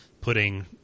putting